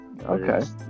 Okay